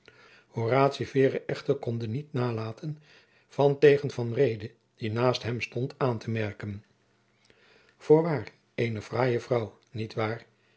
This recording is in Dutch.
vere echter konde niet nalaten van tegen van reede die naast hem stond aan te merken a fine lady to be sure niet waar